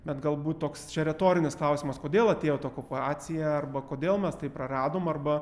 bet galbūt toks čia retorinis klausimas kodėl atėjo ta okupacija arba kodėl mes tai praradom arba